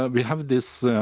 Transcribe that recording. ah we have this